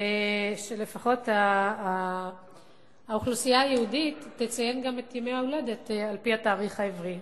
שלפחות האוכלוסייה היהודית תציין גם את ימי ההולדת על-פי התאריך העברי.